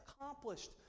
accomplished